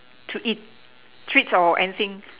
to eat treats or anything